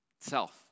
self